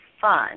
fun